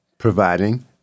providing